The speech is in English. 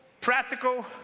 practical